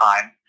time